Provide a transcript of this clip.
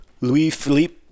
Louis-Philippe